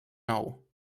nou